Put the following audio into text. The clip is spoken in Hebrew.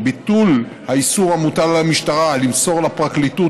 ביטול האיסור המוטל על המשטרה למסור לפרקליטות